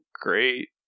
great